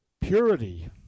purity